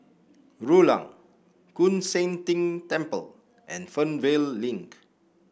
Rulang Koon Seng Ting Temple and Fernvale Link